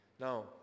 Now